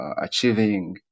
achieving